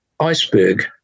iceberg